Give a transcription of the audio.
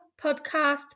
Podcast